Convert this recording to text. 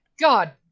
God